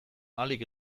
ahalik